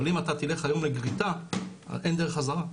אם אתה תלך היום לגריטה, אין דרך חזרה.